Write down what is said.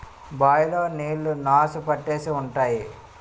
bye లో నీళ్లు నాసు పట్టేసి ఉంటాయి